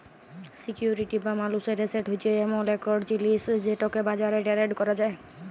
security বা মালুসের asset হছে এমল ইকট জিলিস যেটকে বাজারে টেরেড ক্যরা যায়